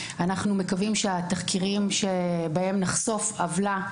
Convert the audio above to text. אנחנו מקווים שהתחקירים בהם נחשוף עוולה,